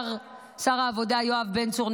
שר העבודה יואב בן צור,